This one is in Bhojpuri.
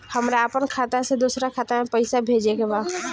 हमरा आपन खाता से दोसरा खाता में पइसा भेजे के बा